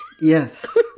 Yes